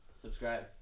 Subscribe